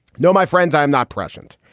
no, my friends, i'm not pregnant.